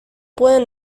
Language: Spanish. pueden